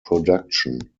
production